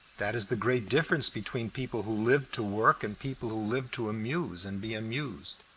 that is the great difference between people who live to work and people who live to amuse and be amused.